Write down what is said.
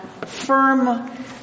firm